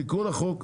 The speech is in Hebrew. תיקון החוק,